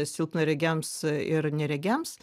silpnaregiams ir neregiams